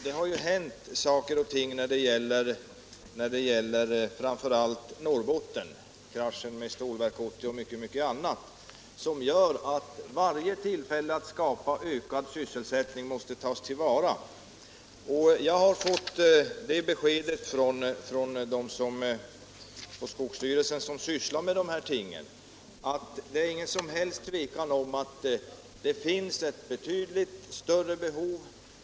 Det har ju hänt saker och ting framför allt när det gäller Norrbotten — kraschen med Stålverk 80 och mycket annat — som gör att varje tillfälle att skapa möjligheter till ökad sysselsättning måste tas till vara. Jag har fått det beskedet från dem på skogsvårdsstyrelsen som sysslar med dessa frågor att det inte är något som helst tvivel om att det finns ett betydligt större behov.